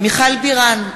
מיכל בירן,